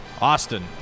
Austin